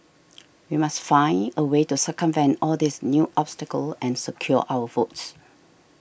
we must find a way to circumvent all these new obstacles and secure our votes